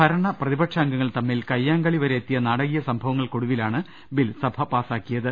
ഭരണ പ്രതിപക്ഷ അംഗങ്ങൾ തമ്മിൽ കയ്യാങ്കളി വരെ എത്തിയ നാടകീയ സംഭവ ങ്ങൾക്കൊടുവിലാണ് ബിൽ സഭ പാസാക്കിയത്